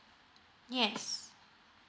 yes